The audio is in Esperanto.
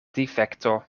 difekto